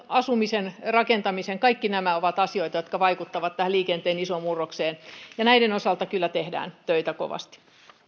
asumisen rakentaminen kaikki nämä ovat asioita jotka vaikuttavat tähän liikenteen isoon murrokseen ja näiden osalta kyllä tehdään töitä kovasti